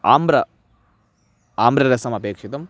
आम्रम् आम्ररसमपेक्षितम्